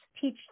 teach